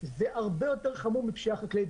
זה הרבה יותר חמור מפשיעה חקלאית.